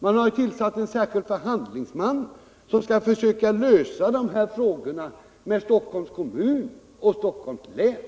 Man har ju tillsatt en särskild förhandlingsman, som skall försöka lösa dessa frågor med Stockholms kommun och Stockholms län.